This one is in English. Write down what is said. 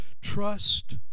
trust